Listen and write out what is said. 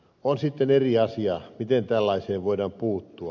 on sitten eri asia miten tällaiseen voidaan puuttua